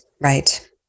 Right